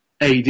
AD